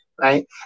right